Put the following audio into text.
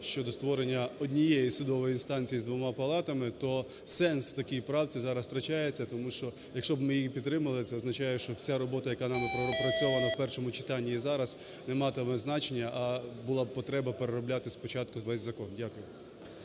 щодо створення однієї судової інстанції з двома палатами, то сенс в такій правці зараз втрачається. Тому що, якщо б ми її підтримали, це означає, що вся робота, яка нами опрацьована в першому читанні і зараз, не матиме значення, а була б потреба переробляти з початку переробляти весь закон. Дякую.